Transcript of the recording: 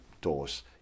doors